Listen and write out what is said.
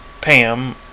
Pam